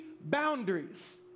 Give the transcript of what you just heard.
boundaries